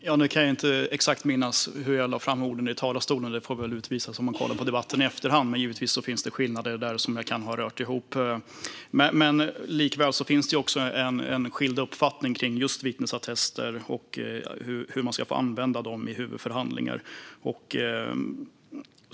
Fru talman! Jag kan inte exakt minnas hur jag lade fram orden i talarstolen - det får väl utvisas om man kollar på debatten i efterhand. Men givetvis finns det skillnader där, och jag kan ha rört ihop det. Men det finns likväl en skild uppfattning kring just vittnesattester och hur man ska få använda dem i huvudförhandlingar.